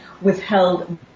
withheld